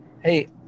Hey